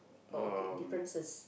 oh okay differences